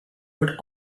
but